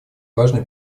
важные